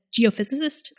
geophysicist